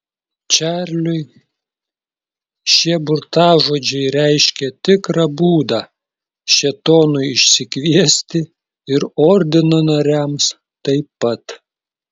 čarliui šie burtažodžiai reiškė tikrą būdą šėtonui išsikviesti ir ordino nariams taip pat